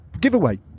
giveaway